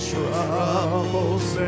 Troubles